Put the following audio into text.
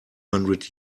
hundred